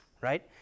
right